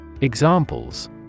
Examples